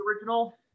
original